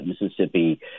Mississippi